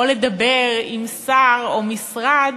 או לדבר עם שר או משרד,